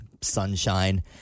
sunshine